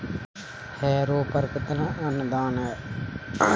Harrow पर कितना अनुदान है?